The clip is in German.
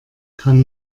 kann